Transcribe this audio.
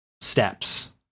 steps